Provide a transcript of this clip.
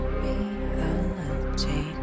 reality